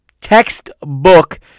Textbook